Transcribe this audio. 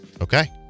Okay